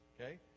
okay